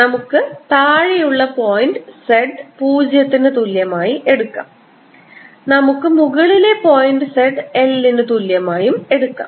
നമുക്ക് താഴെയുള്ള point z പൂജ്യത്തിന് തുല്യമായി എടുക്കാം നമുക്ക് മുകളിലെ പോയിന്റ് z L ന് തുല്യമായി എടുക്കാം